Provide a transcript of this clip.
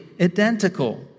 identical